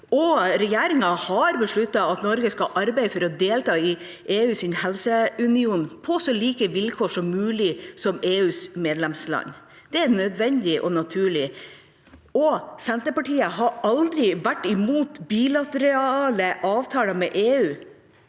Regjeringa har besluttet at Norge skal arbeide for å delta i EUs helseunion på så like vilkår som mulig EUs medlemsland. Det er nødvendig og naturlig. Senterpar tiet har aldri vært imot bilaterale avtaler med EU.